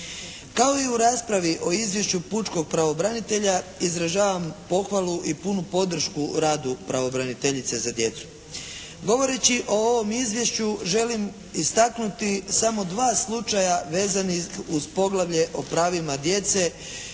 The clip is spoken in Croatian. Kao i u raspravi o izvješću pučkog pravobranitelja izražavam pohvalu i punu podršku radu pravobraniteljice za djecu. Govoreći o ovom izvješću želim istaknuti samo dva slučaja vezanih uz poglavlje o pravima djece